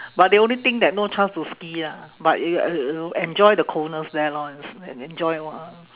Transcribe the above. but the only thing that no chance to ski ah but you you you enjoy the coldness there lor and s~ and enjoy lor